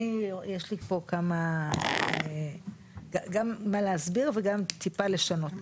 אני יש לי פה כמה גם מה להסביר וגם טיפה לשנות,